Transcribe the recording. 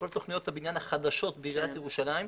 בכל תוכניות הבניין החדשות בעיריית ירושלים,